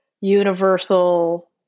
universal